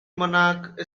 monarch